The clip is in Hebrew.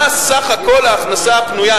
מה סך כל ההכנסה הפנויה,